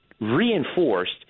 reinforced